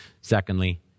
Secondly